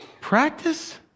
practice